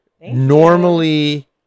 Normally